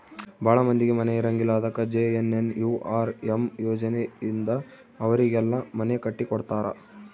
ಭಾಳ ಮಂದಿಗೆ ಮನೆ ಇರಂಗಿಲ್ಲ ಅದಕ ಜೆ.ಎನ್.ಎನ್.ಯು.ಆರ್.ಎಮ್ ಯೋಜನೆ ಇಂದ ಅವರಿಗೆಲ್ಲ ಮನೆ ಕಟ್ಟಿ ಕೊಡ್ತಾರ